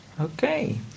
Okay